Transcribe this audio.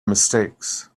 mistakes